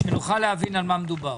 כדי שנוכל להבין על מה מדובר.